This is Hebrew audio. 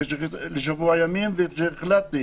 וכשהחלטתי